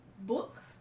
book